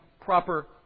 proper